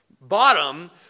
bottom